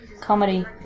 comedy